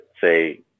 say